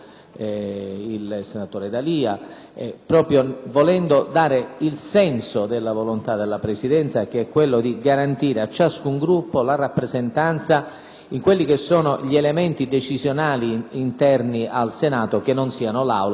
proprio volendo dare il senso della volontà della Presidenza, che è quello di garantire a ciascun Gruppo la rappresentanza negli elementi decisionali interni al Senato che non siano l'Aula e le Commissioni, e che poi attengono da un lato